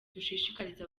dushishikariza